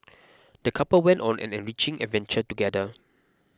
the couple went on an enriching adventure together